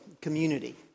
community